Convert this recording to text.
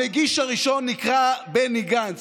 המגיש הראשון נקרא בני גנץ,